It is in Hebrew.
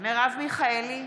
מרב מיכאלי,